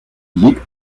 liegt